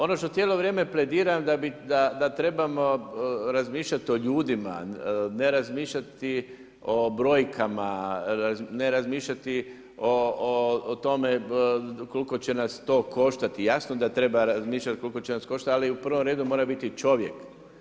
Ono što cijelo vrijeme plediram da trebamo razmišljati o ljudima, ne razmišljati o brojkama, ne razmišljati o tome koliko će nas to koštati, jasno da treba razmišljati koliko će nas koštati, ali u prvom redu mora biti čovjek.